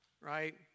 right